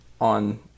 on